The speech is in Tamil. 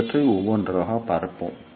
இவற்றை ஒவ்வொன்றாக பார்ப்போம்